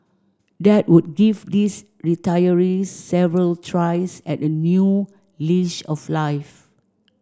that would give these retirees several tries at a new leash of life